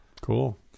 Cool